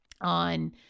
on